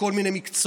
בכל מיני מקצועות,